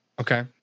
Okay